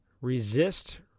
resist